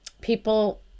People